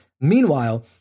Meanwhile